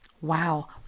Wow